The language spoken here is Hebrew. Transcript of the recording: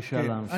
בבקשה להמשיך.